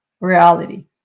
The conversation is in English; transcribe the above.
reality